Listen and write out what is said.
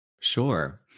Sure